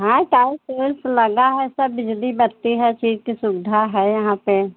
हाँ टाइल्स वाइल्स लगा है सब बिजली बत्ती हर चीज़ की सुविधा है यहाँ पर